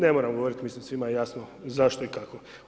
Ne moramo govoriti, mislim, svima je jasno zašto i kako.